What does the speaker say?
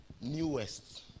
newest